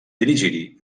dirigir